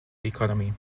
economy